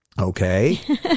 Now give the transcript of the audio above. Okay